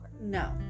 No